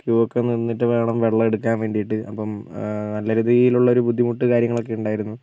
Q ഒക്കെ നിന്നിട്ടുവേണം വെള്ളം എടുക്കാൻ വേണ്ടിയിട്ട് അപ്പം നല്ല രീതിയിലുള്ള ഒരു ബുദ്ധിമുട്ട് കാര്യങ്ങളൊക്കെ ഉണ്ടായിരുന്നു